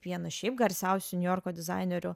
vieną šiaip garsiausių niujorko dizainerių